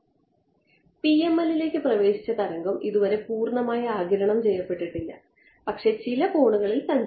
PML ലേക്ക് പ്രവേശിച്ച തരംഗം ഇതുവരെ പൂർണ്ണമായി ആഗിരണം ചെയ്യപ്പെട്ടിട്ടില്ല പക്ഷേ ചില കോണുകളിൽ സഞ്ചരിക്കുന്നു